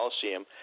Coliseum